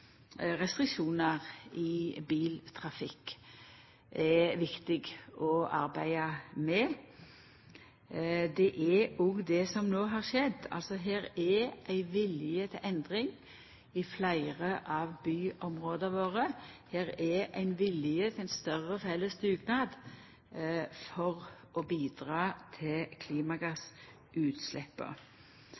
restriksjonar i biltrafikken. Det er òg det som no har skjedd, at det er ein vilje til endring i fleire av byområda våre, og det er ein vilje til ein større felles dugnad for å bidra med omsyn til klimagassutsleppa.